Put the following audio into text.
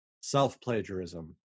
self-plagiarism